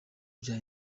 bya